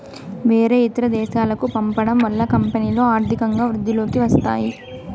వేరే ఇతర దేశాలకు పంపడం వల్ల కంపెనీలో ఆర్థికంగా వృద్ధిలోకి వస్తాయి